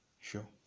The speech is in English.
sure